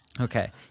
Okay